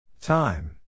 Time